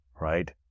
right